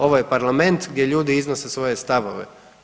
Ovo je Parlament gdje ljudi iznose svoje stavove.